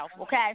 okay